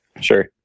Sure